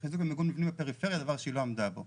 מיגון מבנים בפריפריה, דבר שהיא לא עמדה בו.